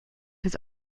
his